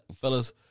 fellas